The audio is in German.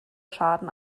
schaden